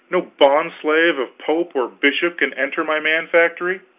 no bond-slave of pope or bishop can enter my man-factory?